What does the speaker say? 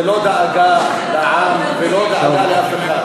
זה לא דאגה לעם ולא דאגה לאף אחד,